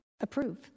approve